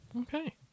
Okay